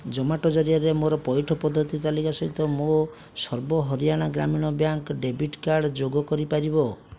Zomato ଜରିଆରେ ମୋର ପଇଠ ପଦ୍ଧତି ତାଲିକା ସହିତ ମୋ ସର୍ବ Haryana Gramin bank debit card ଯୋଗ କରିପାରିବ